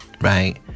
Right